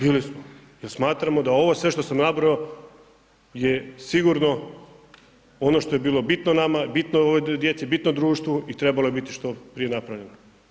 Da, bili smo, jer smatramo da ovo sve što sam nabrojao, je sigurno ono što je bilo bitno nama, bitno ovoj djeci, bitno društvo i trebalo je biti što prije napravljeno.